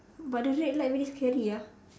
but the red light very scary ah